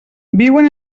viuen